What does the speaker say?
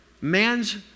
man's